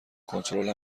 کنترل